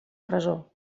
presó